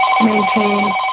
maintain